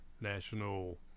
National